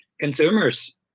consumers